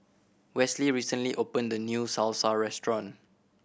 Westley recently opened a new Salsa Restaurant